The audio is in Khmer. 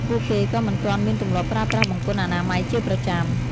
ពួកគេក៏មិនទាន់មានទម្លាប់ប្រើប្រាស់បង្គន់អនាម័យជាប្រចាំ។